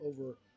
over